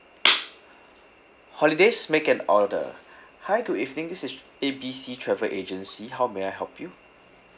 holidays make an order hi good evening this is A B C travel agency how may I help you